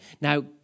Now